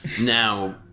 Now